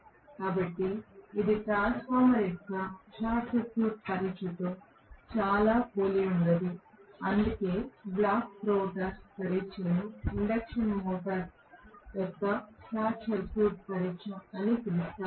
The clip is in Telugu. కాబట్టి ఇది ట్రాన్స్ఫార్మర్ యొక్క షార్ట్ సర్క్యూట్ పరీక్షతో చాలా పోలి ఉండదు అందుకే బ్లాక్ రోటర్ పరీక్షను ఇండక్షన్ మోటర్ యొక్క షార్ట్ సర్క్యూట్ పరీక్ష అని కూడా పిలుస్తారు